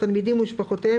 התלמידים ומשפחותיהם,